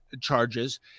charges